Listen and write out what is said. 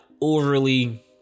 overly